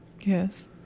Yes